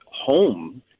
home